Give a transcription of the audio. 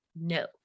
No